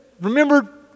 remember